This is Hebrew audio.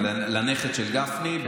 לגפני?